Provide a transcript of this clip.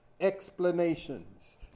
explanations